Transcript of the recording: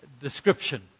description